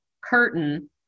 curtain